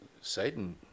Satan